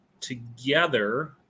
together